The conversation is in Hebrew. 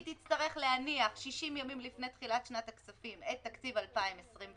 היא תצטרך להניח 60 ימים לפני תחילת שנת הכספים את תקציב 2021,